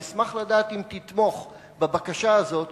אני אשמח לדעת אם תתמוך בבקשה הזו,